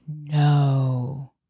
no